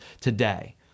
today